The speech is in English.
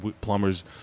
plumbers